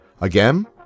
Again